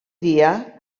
dia